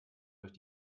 durch